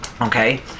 Okay